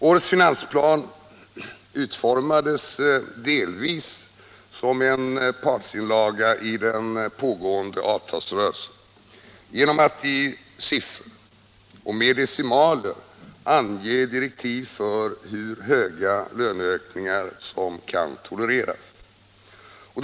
Årets finansplan utformades delvis som en partsinlaga i den pågående avtalsrörelsen genom att i siffror — och med decimaler — ange direktiv för hur höga löneökningar som kan tolereras.